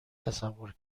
تصور